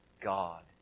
God